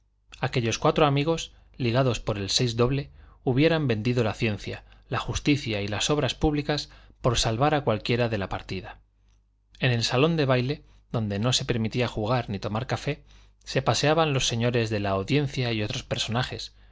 aquellos cuatro amigos ligados por el seis doble hubieran vendido la ciencia la justicia y las obras públicas por salvar a cualquiera de la partida en el salón de baile donde no se permitía jugar ni tomar café se paseaban los señores de la audiencia y otros personajes